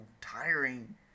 tiring